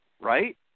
right